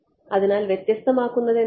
അതിനാൽ വ്യത്യസ്തമാക്കുന്നത് എന്താണ്